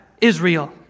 Israel